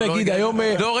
לא.